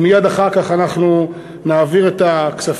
ומייד אחר כך אנחנו נעביר את הכספים.